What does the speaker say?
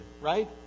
right